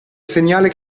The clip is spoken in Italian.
segnale